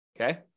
okay